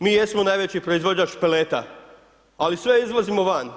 Mi jesmo najveći proizvođač peleta ali sve izvozimo van.